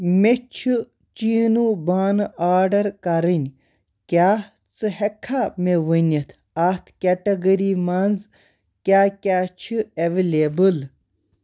مےٚ چھ چیٖنو بانہٕ آرڈر کرٕنۍ، کیٛاہ ژٕ ہیٚکہٕ مےٚ ونِتھ اَتھ کیٹگری منٛز کیٛاہ کیٛاہ چھ ایٚولیبٕل